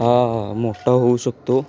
हा मोठा होऊ शकतो